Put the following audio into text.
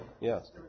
Yes